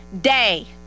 day